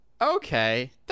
Okay